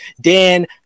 Dan